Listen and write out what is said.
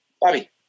Bobby